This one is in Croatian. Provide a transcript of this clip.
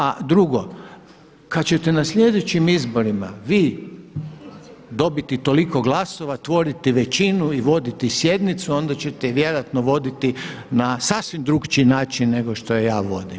A drugo, kad ćete na sljedećim izborima vi dobiti toliko glasova, tvoriti većinu i voditi sjednicu onda ćete je vjerojatno voditi na sasvim drukčiji način nego što je ja vodim.